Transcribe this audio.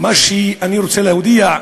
מה שאני רוצה להודיע,